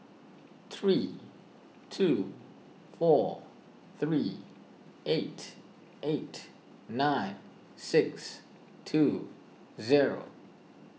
three two four three eight eight nine six two zero